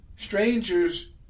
Strangers